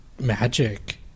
magic